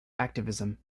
activism